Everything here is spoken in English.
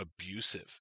abusive